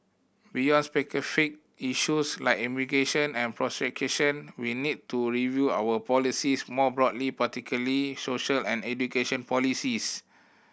beyond specific issues like immigration and procreation we need to review our policies more broadly particularly social and education policies